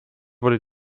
wurde